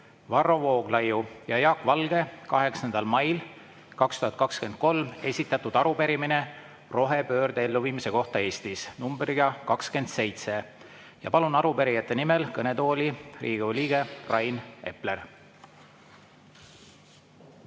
Varro Vooglaiu ja Jaak Valge 8. mail 2023 esitatud arupärimine rohepöörde elluviimise kohta Eestis, nr 27. Palun arupärijate nimel kõnetooli Riigikogu liikme Rain Epleri!